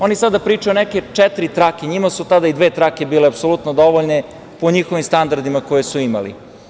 Oni sada pričaju o neke četiri trake, a njima su tada i dve trake bile apsolutno dovoljne po standardima koje su imali.